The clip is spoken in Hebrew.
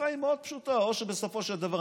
הנוסחה היא מאוד פשוטה: או שבסופו של דבר,